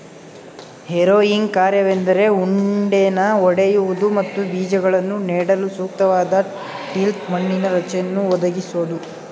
harrowing ಕಾರ್ಯವೆಂದರೆ ಉಂಡೆನ ಒಡೆಯುವುದು ಮತ್ತು ಬೀಜಗಳನ್ನು ನೆಡಲು ಸೂಕ್ತವಾದ ಟಿಲ್ತ್ ಮಣ್ಣಿನ ರಚನೆಯನ್ನು ಒದಗಿಸೋದು